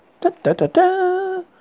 Da-da-da-da